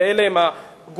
אלה הם הגופים,